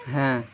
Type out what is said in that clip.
হ্যাঁ